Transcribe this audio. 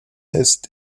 est